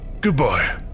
Goodbye